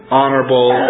honorable